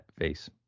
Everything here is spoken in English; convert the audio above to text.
face